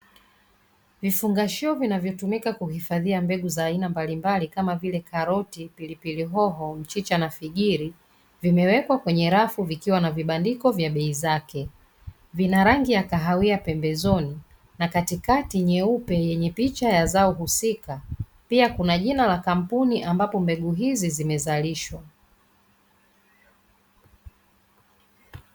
Vifungashio vinavyotumika kuhifadhia mbegu za aina mbalimbali kama vile: karoti, pilipili hoho, mchicha, na figiri; vimewekwa kwenye rafu vikiwa na vibandiko vya bei zake. Vina rangi ya kahawia pembezoni na katikati nyeupe yenye picha ya zao husika, pia kuna jina la kampuni ambapo mbegu hizi zimezalishwa.